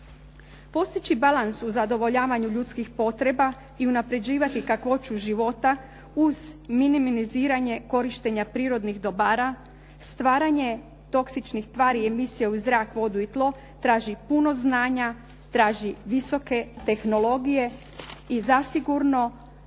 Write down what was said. Postići balans u zadovoljavanju ljudskih potreba i unaprjeđivati kakvoću života uz minimiziranje korištenja prirodnih dobara, stvaranje toksičnih tvari i emisija u zrak, vodu i tlo traži puno znanja, traži visoke tehnologije i zasigurno